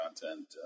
content